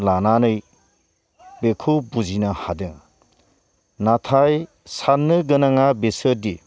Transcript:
लानानै बेखौ बुजिनो हादों नाथाय साननो गोनाङा बेसोदि